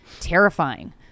Terrifying